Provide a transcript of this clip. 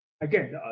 Again